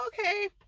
okay